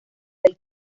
del